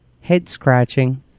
head-scratching